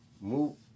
move